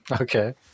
okay